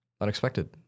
unexpected